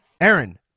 Aaron